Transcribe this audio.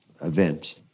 event